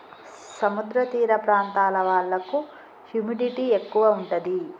సముద్ర తీర ప్రాంతాల వాళ్లకు హ్యూమిడిటీ ఎక్కువ ఉంటది